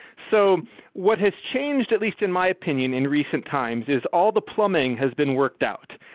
so what has changed at least in my opinion in recent times is all the plumbing has been worked out.